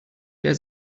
der